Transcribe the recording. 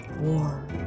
war